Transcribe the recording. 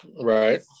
Right